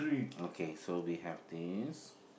okay so we have this